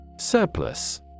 Surplus